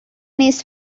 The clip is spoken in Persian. نیز